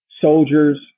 Soldiers